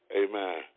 amen